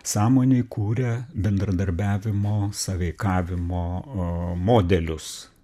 sąmonėj kuria bendradarbiavimo sąveikavimo a modelius